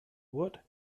wood